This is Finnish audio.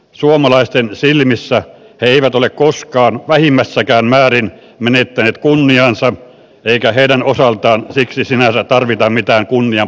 suomalaisten silmissä he eivät ole koskaan vähimmässäkään määrin menettäneet kunniaansa eikä heidän osaltaan siksi sinänsä tarvita mitään kunnian palautusta